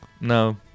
No